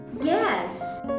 Yes